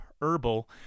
herbal